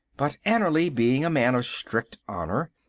but annerly, being a man of strict honour,